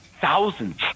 thousands